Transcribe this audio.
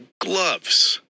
gloves